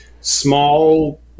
small